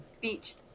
Beach